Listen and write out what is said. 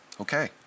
Okay